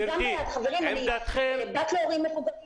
אני גם בעד זה כבת להורים מבוגרים.